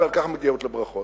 ועל כך מגיעות לו ברכות.